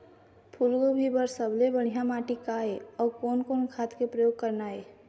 फूलगोभी बर सबले बढ़िया माटी का ये? अउ कोन कोन खाद के प्रयोग करना ये?